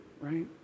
right